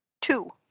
Two